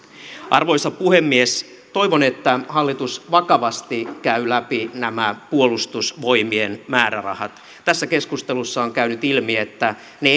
arvoisa puhemies toivon että hallitus vakavasti käy läpi nämä puolustusvoimien määrärahat tässä keskustelussa on käynyt ilmi että ne